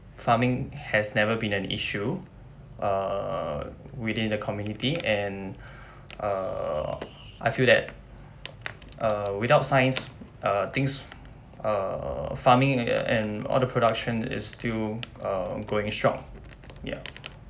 farming has never been an issue uh within the community and uh I feel that uh without science uh things uh farming an~ and all the production is still uh going strong ya